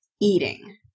eating